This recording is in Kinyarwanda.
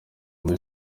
kuri